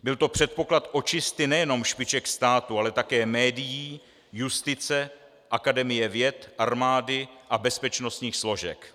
Byl to předpoklad očisty nejenom špiček státu, ale také médií, justice, Akademie věd, armády a bezpečnostních složek.